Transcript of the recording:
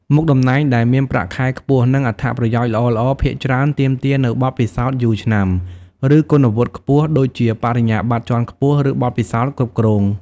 មុខតំណែងដែលមានប្រាក់ខែខ្ពស់ និងអត្ថប្រយោជន៍ល្អៗភាគច្រើនទាមទារនូវបទពិសោធន៍យូរឆ្នាំ ឬគុណវុឌ្ឍិខ្ពស់ ដូចជាបរិញ្ញាបត្រជាន់ខ្ពស់ ឬបទពិសោធន៍គ្រប់គ្រង។